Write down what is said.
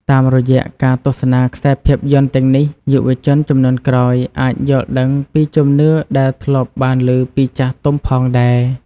តាមរយៈការទស្សនាខ្សែភាពយន្តទាំងនេះ យុវជនជំនាន់ក្រោយអាចយល់ដឹងពីជំនឿដែលធ្លាប់បានលឺពីចាស់ទុំផងដែរ។